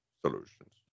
solutions